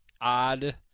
odd